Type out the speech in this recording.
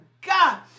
God